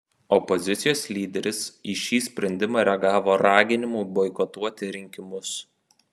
opozicijos lyderis į šį sprendimą reagavo raginimu boikotuoti rinkimus